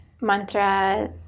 mantra